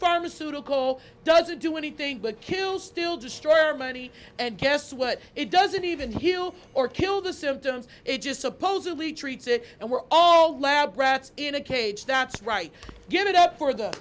pharmaceutical doesn't do anything but kill still destroy your money and guess what it doesn't even heal or kill the symptoms it just supposedly treats it and we're all lab rats in a cage that's right give it up for the